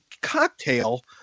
cocktail